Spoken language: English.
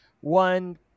one